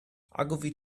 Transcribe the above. ogilvy